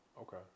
Okay